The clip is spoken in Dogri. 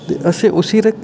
ते उसी